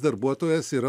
darbuotojas yra